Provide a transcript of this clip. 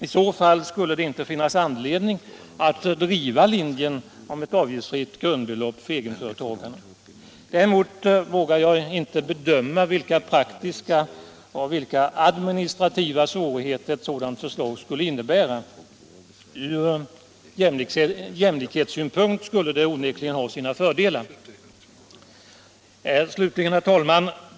I så fall skulle det inte finnas anledning att driva linjen om ett avgiftsfritt Däremot vågar jag inte bedöma vilka praktiska och administrativa svårigheter ett sådant förslag skulle innebära. Ur jämlikhetssynpunkt skulle det onekligen ha sina fördelar. Herr talman!